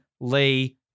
Lee